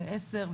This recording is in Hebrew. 10,